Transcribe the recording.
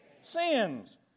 sins